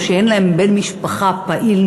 או שאין להם בן משפחה פעיל,